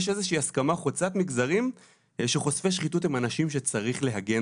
יש איזו שהיא הסכמה חוצה מגזרים שחושפי שחיתות הם אנשים שצריך להגן